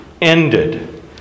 ended